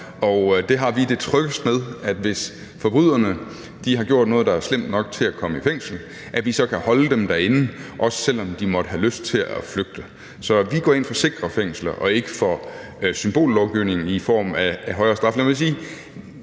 Vi har det tryggest ved, at hvis forbryderne har gjort noget, der er slemt nok til at komme i fængsel, at vi så kan holde dem derinde, også selv om de måtte have lyst til at flygte. Så vi går ind for sikre fængsler og ikke for symbollovgivning i form af højere straf.